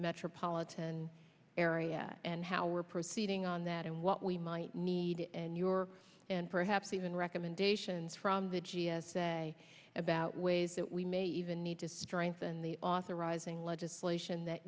metropolitan area and how we're proceeding on that and what we might need and your and perhaps even recommendations from the g s a about ways that we may even need to strengthen the authorizing legislation that